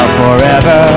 forever